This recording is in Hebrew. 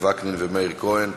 3677 ו-3700,